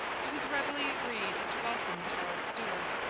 it was readily agreed to welcome charles stuart.